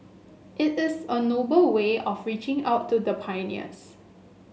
it is a noble way of reaching out to the pioneers